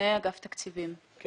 אגף התקציבים, משרד האוצר.